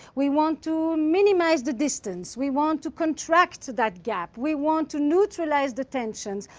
we want to minimize the distance. we want to contract that gap. we want to neutralize the tensions.